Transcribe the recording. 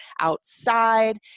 outside